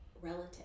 relative